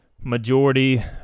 majority